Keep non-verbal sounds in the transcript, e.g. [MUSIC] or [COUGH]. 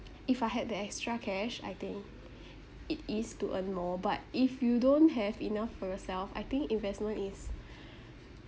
if I had the extra cash I think [BREATH] it is to earn more but if you don't have enough for yourself I think investment is [BREATH]